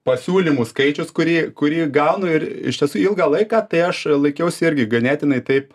pasiūlymų skaičius kurį kurį gaunu ir iš tiesų ilgą laiką tai aš laikiausi irgi ganėtinai taip